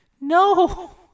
No